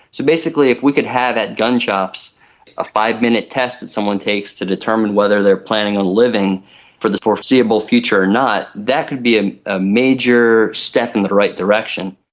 so basically if we could have at gun shops a five-minute test that someone takes to determine whether they are planning on living for the foreseeable future or not, that could be ah a major step in the right direction.